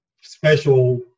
special